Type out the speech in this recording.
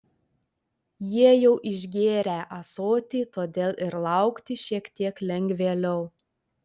jie jau išgėrę ąsotį todėl ir laukti šiek tiek lengvėliau